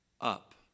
up